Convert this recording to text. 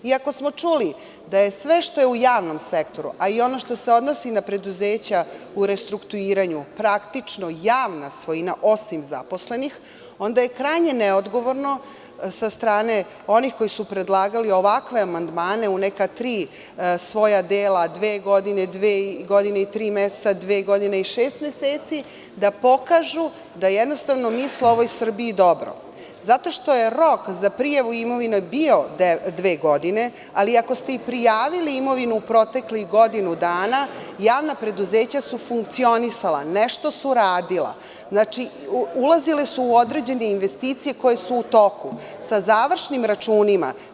Ako smo čuli da je sve što je u javnom sektoru, i ono što se odnosi na preduzeća u restrukturiranju, praktično javna svojina, osim zaposlenih, onda je krajnje neodgovorno od strane onih koji su predlagali ovakve amandmane u neka tri svoja dela, dve godine, dve godine i tri meseca, dve godine i šest meseci, da pokažu da jednostavno misle ovoj Srbiji dobro, zato što je rok za prijavu imovine bio dve godine, ali ako ste i prijavili imovinu u proteklih godinu dana, javna preduzeća su funkcionisala, nešto su radila, znači, ulazila su u određene investicije koje su u toku, sa završnim računima.